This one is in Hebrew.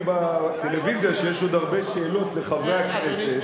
בטלוויזיה שיש עוד הרבה שאלות לחברי הכנסת,